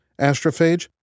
astrophage